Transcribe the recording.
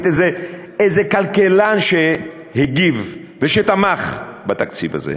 איזה כלכלן שהגיב ושתמך בתקציב הזה.